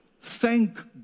Thank